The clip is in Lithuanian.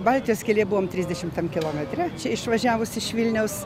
baltijos kelyje buvom trisdešimtam kilometre čia išvažiavus iš vilniaus